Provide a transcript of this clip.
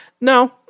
No